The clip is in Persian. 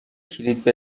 کلید